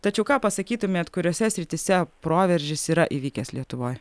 tačiau ką pasakytumėt kuriose srityse proveržis yra įvykęs lietuvoj